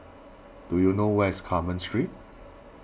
do you know where is Carmen Street